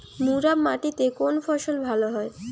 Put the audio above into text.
মুরাম মাটিতে কোন ফসল ভালো হয়?